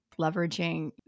leveraging